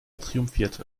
triumphierte